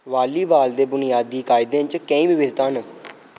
volleyball दे बुनियादी कायदें च केईं विविधतां न